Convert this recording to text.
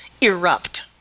erupt